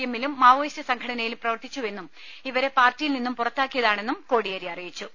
എമ്മിലും Maoist സംഘടയിലും പ്രവർത്തിച്ചുവെന്നും ഇവരെ പാർട്ടി യിൽനിന്നും പുറത്താക്കിയതാണെന്നും കോടിയേരി അറിയിച്ചു